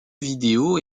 vidéo